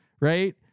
right